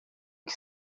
que